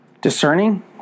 Discerning